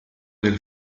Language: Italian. del